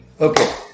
Okay